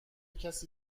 کسی